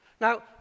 Now